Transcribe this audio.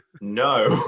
No